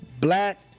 black